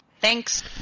Thanks